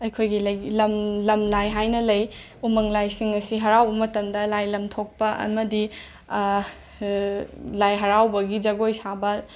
ꯑꯩꯈꯣꯏꯒꯤ ꯂꯩ ꯂꯝ ꯂꯝ ꯂꯥꯏ ꯍꯥꯏꯅ ꯂꯩ ꯎꯃꯪꯂꯥꯏꯁꯤꯡ ꯑꯁꯤ ꯍꯔꯥꯎꯕ ꯃꯇꯝꯗ ꯂꯥꯏ ꯂꯝ ꯊꯣꯛꯄ ꯑꯃꯗꯤ ꯂꯥꯏ ꯍꯔꯥꯎꯕꯒꯤ ꯖꯒꯣꯏ ꯁꯥꯕ